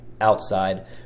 outside